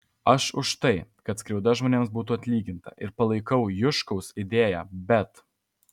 aš už tai kad skriauda žmonėms būtų atlyginta ir palaikau juškaus idėją bet